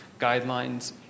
guidelines